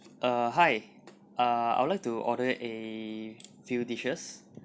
uh hi uh I would like to order a few dishes